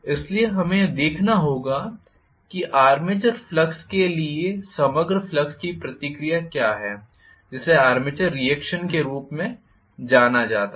इसलिए हमें यह देखना होगा कि आर्मेचर फ्लक्स के लिए समग्र फ्लक्स की प्रतिक्रिया क्या है जिसे आर्मेचर रीएक्शन के रूप में जाना जाता है